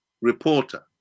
reporter